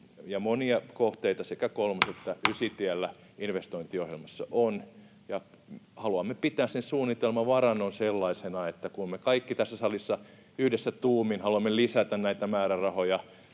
koputtaa] sekä Kolmos‑ että Ysitiellä investointiohjelmassa on. Haluamme pitää sen suunnitelmavarannon sellaisena, että kun me kaikki tässä salissa yhdessä tuumin haluamme lisätä näitä määrärahoja